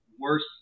worse